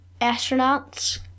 astronauts